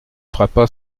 frappa